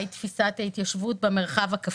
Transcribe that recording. מהי תפיסת ההתיישבות במרחב הכפרי.